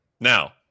Now